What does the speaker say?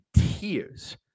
tears